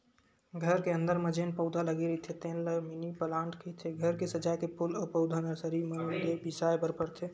घर के अंदर म जेन पउधा लगे रहिथे तेन ल मिनी पलांट कहिथे, घर के सजाए के फूल अउ पउधा नरसरी मन ले बिसाय बर परथे